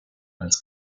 als